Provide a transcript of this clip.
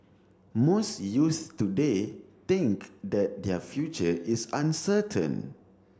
most youths today think that their future is uncertain